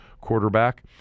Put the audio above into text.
quarterback